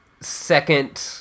second